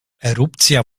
erupcja